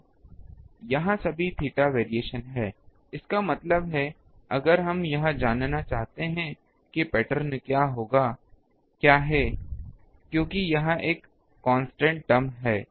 तो यहाँ सभी थीटा वेरिएशन है इसका मतलब है अगर हम यह जानना चाहते हैं कि पैटर्न क्या है क्योंकि यह एक कांस्टेंट टर्म है